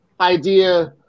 idea